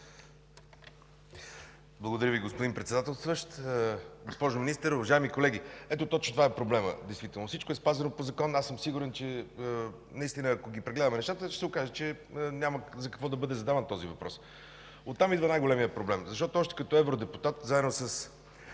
Благодаря Ви, господин Председателстващ. Госпожо Министър, уважаеми колеги! Ето точно това е проблемът – действително всичко е спазено по закон. Аз съм сигурен, че ако прегледаме нещата, ще се окаже, че няма за какво да бъде задаван този въпрос. Оттам идва най-големият проблем. Още като евродепутат, заедно с